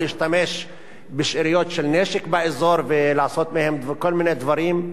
להשתמש בשאריות של נשק באזור ולעשות בהם כל מיני דברים.